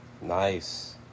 Nice